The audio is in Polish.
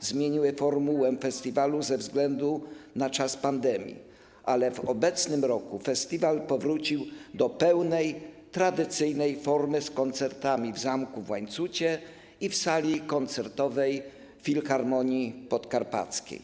zmieniły formułę festiwalu ze względu na czas pandemii, ale w obecnym roku festiwal powrócił do pełnej, tradycyjnej formy z koncertami w zamku w Łańcucie i w sali koncertowej Filharmonii Podkarpackiej.